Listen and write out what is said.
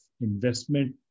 investment